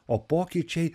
o pokyčiai